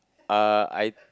uh I